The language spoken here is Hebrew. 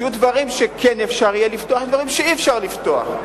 שיהיו דברים שכן אפשר יהיה לפתוח ודברים שלא יהיה אפשר יהיה לפתוח.